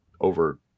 over